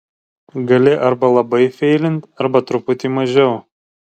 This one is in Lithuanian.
gali arba labai feilint arba truputį mažiau